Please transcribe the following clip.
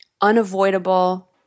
unavoidable